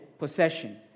Possession